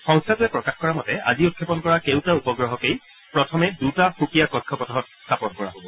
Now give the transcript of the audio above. সংস্থাটোৱে প্ৰকাশ কৰা মতে আজি উৎক্ষেপণ কৰা কেউটা উপগ্ৰহকেই প্ৰথমে দুটা সুকীয়া কক্ষপথত স্থাপন কৰা হব